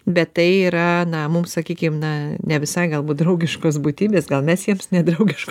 bet tai yra na mum sakykim na ne visai galbūt draugiškos būtybės gal mes jiems nedraugiškos